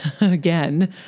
again